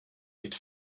nicht